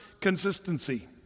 consistency